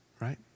right